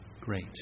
great